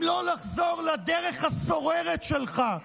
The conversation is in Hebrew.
אם לא לחזור לדרך הסוררת שלך,